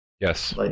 Yes